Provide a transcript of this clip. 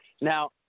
now